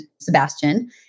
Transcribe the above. Sebastian